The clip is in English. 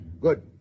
Good